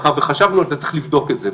מאחר שחשבנו על זה, צריך לבדוק את זה.